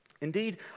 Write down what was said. Indeed